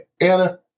Anna